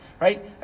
right